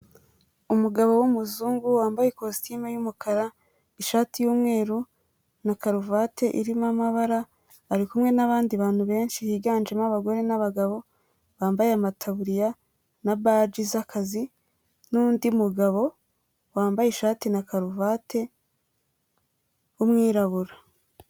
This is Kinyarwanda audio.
Umugabo w'umuzungu wambaye ikositime y'umukara, ishati y'umweru na karuvati irimo amabara, arikumwe n'abandi bantu benshi higanjemo abagore n'abagabo bambaye amataburiya na baji z'akazi, n'undi mugabo wambaye ishati na karuvate w'umwirabura.